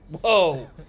Whoa